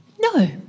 No